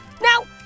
Now